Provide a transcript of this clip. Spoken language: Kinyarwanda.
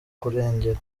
kurengera